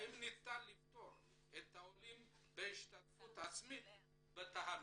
3. האם ניתן לפטור את העולים מההשתתפות העצמית בתחנות?